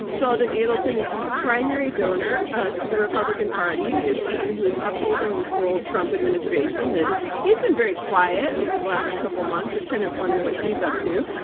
sheldon adelson is the primary donor to the republican party. he is someone who is upholding this whole trump administration, and he's been very quiet over the last couple of months. i've kind of wondered what he's up to.